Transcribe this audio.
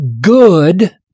good